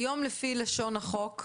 היום לפי לשון ההוראה